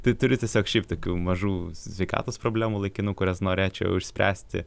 tai turiu tiesiog šiaip tokių mažų sveikatos problemų laikinų kurias norėčiau išspręsti